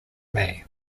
may